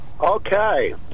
Okay